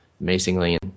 amazingly